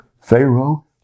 Pharaoh